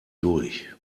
durch